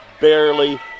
barely